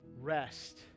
Rest